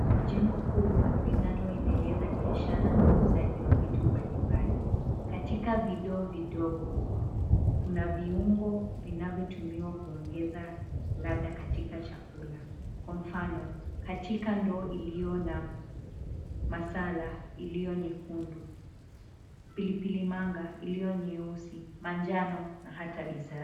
Jengo kubwa linaloendeleza biashara na uuzaji wa vitu mbalimbali. Katika vidoo vidogo, kuna viungo vinavyotumiwa kuongeza ladha katika chakula. Kwa mfano, katika ndoo iliyo na masala iliyo nyekundu, pilipili manga iliyo nyeusi, manjano na hata bizari.